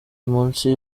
munsi